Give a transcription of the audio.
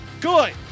Good